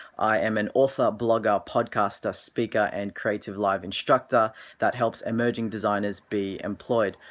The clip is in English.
i am an author, a blogger, a podcaster, a speaker and creativelive instructor that helps emerging designers be employed.